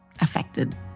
affected